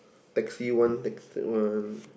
taxi one tax that one